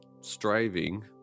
striving